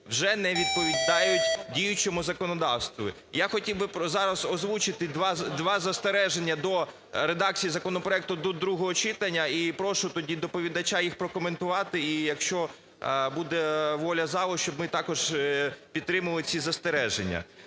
вже не відповідають діючому законодавству. Я хотів би зараз озвучити два застереження до редакції законопроекту до другого читання. І прошу тоді доповідача їх прокоментувати. І якщо буде воля залу, щоб ми також підтримували ці застереження.